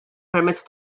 permezz